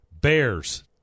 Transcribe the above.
Bears